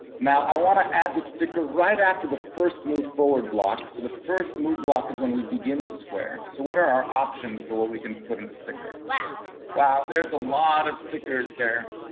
now i wanna add the sticker right after the first move forward block. so the first move block is when we begin the square. so what are our options for what we can put in a sticker? wow. wow, there's a lot of stickers there.